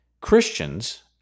Christians